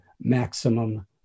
maximum